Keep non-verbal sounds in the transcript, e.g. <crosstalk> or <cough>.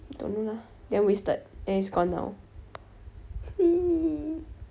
don't know lah damn wasted then it's gone now <noise>